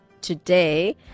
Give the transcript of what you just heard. today